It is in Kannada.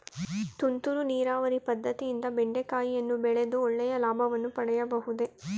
ತುಂತುರು ನೀರಾವರಿ ಪದ್ದತಿಯಿಂದ ಬೆಂಡೆಕಾಯಿಯನ್ನು ಬೆಳೆದು ಒಳ್ಳೆಯ ಲಾಭವನ್ನು ಪಡೆಯಬಹುದೇ?